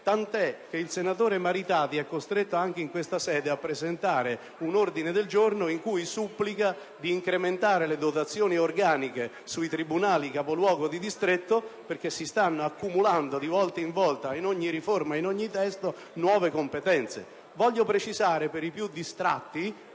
tanto che il senatore Maritati è costretto anche in questa sede a presentare un ordine del giorno in cui supplica di incrementare le dotazioni organiche sui tribunali capoluogo di distretto, perché si stanno accumulando di volta in volta, in ogni riforma e in ogni testo, nuove competenze. Voglio precisare per i più distratti